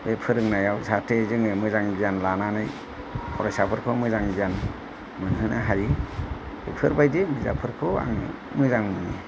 बे फोरोंनायाव जाहाथे जोङो मोजां गियान लानानै फरायसाफोरखौ मोजां गियान मोनहोनो हायो बेफोरबायदि बिजाबफोरखौ आङो मोजां मोनो